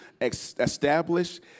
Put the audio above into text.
Establish